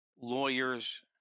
lawyers